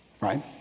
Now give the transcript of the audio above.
Right